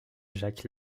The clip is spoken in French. jacques